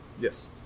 Yes